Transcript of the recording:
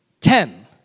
Ten